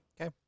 okay